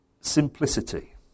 simplicity